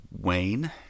Wayne